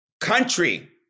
country